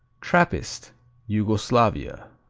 trappist yugoslavia